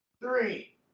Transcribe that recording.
Three